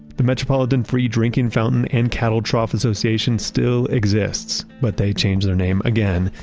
the metropolitan free drinking fountain and cattle trough association still exists, but they changed their name again.